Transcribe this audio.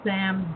Sam